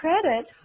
credit